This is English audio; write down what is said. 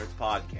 Podcast